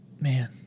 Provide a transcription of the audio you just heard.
Man